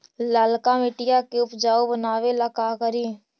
लालका मिट्टियां के उपजाऊ बनावे ला का करी?